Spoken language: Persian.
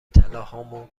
طلاهامو